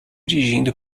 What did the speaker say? dirigindo